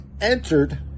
entered